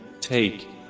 take